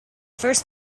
first